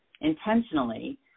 intentionally